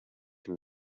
him